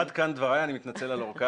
עד כאן דבריי, אני מתנצל על אורכם.